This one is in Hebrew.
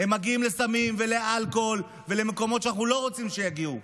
הם מגיעים לסמים ולאלכוהול ולמקומות שאנחנו לא רוצים שיגיעו.